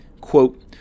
Quote